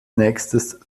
nächstes